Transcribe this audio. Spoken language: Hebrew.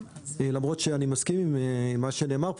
למרות שאני מסכים עם מה שנאמר פה,